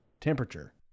temperature